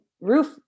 roof